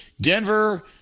Denver